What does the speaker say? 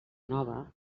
nova